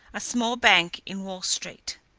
a small bank in wall street.